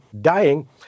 dying